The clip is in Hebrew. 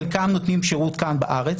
חלקם נותנים שירות כאן בארץ.